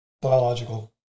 biological